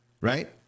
right